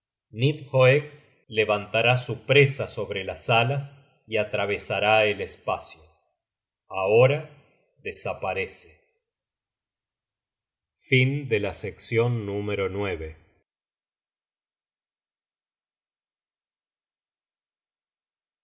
levantará su presa sobrelas alas y atravesará el espacio ahora desaparece no